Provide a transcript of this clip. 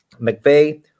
McVeigh